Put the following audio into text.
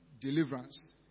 deliverance